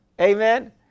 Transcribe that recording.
Amen